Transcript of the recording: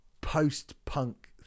post-punk